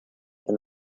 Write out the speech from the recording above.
and